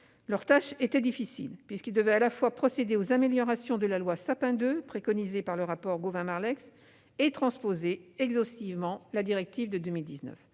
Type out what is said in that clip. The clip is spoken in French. Leur tâche était difficile, puisqu'ils devaient à la fois procéder aux améliorations de la loi Sapin II préconisées par le rapport Gauvain-Marleix et transposer exhaustivement la directive de 2019.